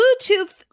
Bluetooth